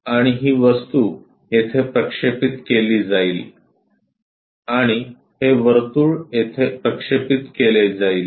आणि ही वस्तू येथे प्रक्षेपित केली जाईल आणि हे वर्तुळ येथे प्रक्षेपित केले जाईल